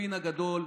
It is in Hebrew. הספין הגדול,